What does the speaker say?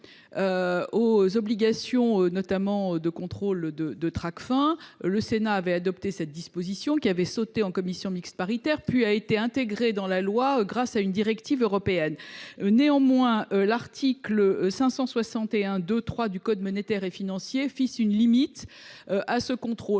aux obligations de contrôle de Tracfin. Le Sénat avait adopté cette disposition, qui avait été supprimée en commission mixte paritaire, avant d’être intégrée dans la loi grâce à une directive européenne. Néanmoins, l’article L. 561 2 3 du code monétaire et financier fixe une limite à ce contrôle.